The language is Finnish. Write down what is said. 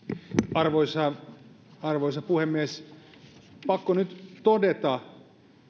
arvoisa arvoisa puhemies pakko nyt todeta